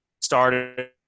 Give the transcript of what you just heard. started